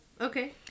Okay